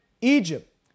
Egypt